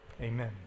amen